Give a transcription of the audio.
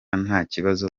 ntakibazo